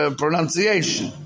pronunciation